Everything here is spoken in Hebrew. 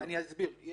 אנחנו אומרים: תראו, יש